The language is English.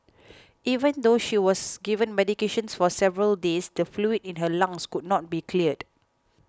even though she was given medication for several days the fluid in her lungs could not be cleared